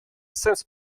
сенс